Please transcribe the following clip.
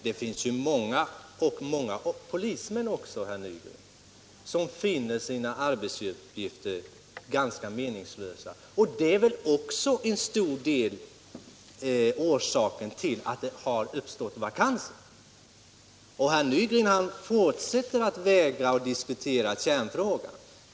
Det finns även många polismän som finner sina arbetsuppgifter ganska meningslösa, och detta är väl också en orsak till att det har uppstått Herr Nygren fortsätter emellertid att vägra diskutera kärnfrågan.